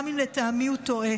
גם אם לטעמי הוא טועה.